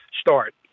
start